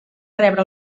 rebre